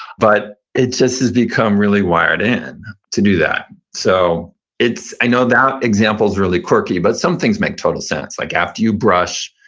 but it just has become really wired in to do that so i know that example is really quirky, but some things make total sense, like after you brush,